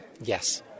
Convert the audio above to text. Yes